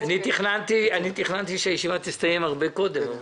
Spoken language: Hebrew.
אני מקדם בברכה את יושבת-ראש הרשות לניירות ערך.